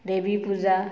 দেৱী পূজা